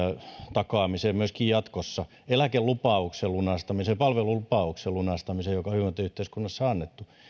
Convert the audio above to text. takaamiseen myöskin jatkossa sen eläkelupauksen lunastamiseen ja sen palvelulupauksen lunastamiseen jotka on hyvinvointiyhteiskunnassa annettu